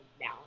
now